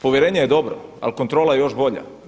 Povjerenje je dobro, ali kontrola još bolja.